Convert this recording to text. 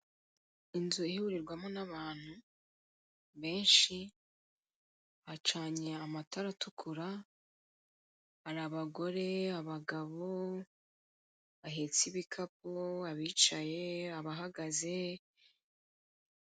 Inzu ihurirwamo n'abantu benshi, bacanye amatara atukura, hari abagore, abagabo, bahetse ibikapu, abicaye, abahagaze.